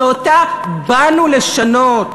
שאותה "באנו לשנות".